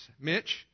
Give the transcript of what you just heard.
Mitch